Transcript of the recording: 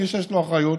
מי שיש לו אחריות,